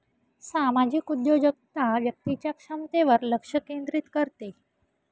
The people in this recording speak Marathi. सामाजिक उद्योजकता व्यक्तीच्या क्षमतेवर लक्ष केंद्रित करते